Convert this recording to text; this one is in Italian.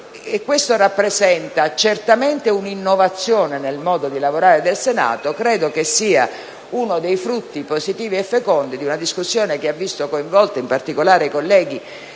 Questo rappresenta certamente un'innovazione nel modo di lavorare del Senato e credo che sia uno dei frutti positivi e fecondi di una discussione, che ha visto coinvolti in particolare i colleghi